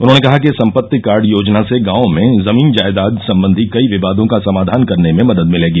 उन्होंने कहा कि सम्पत्ति कार्ड योजना से गांवों में जनीन जायदाद संबंधी कई विवादों का समाधान करने में मदद मिलेगी